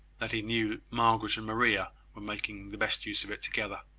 that he knew margaret and maria were making the best use of it together.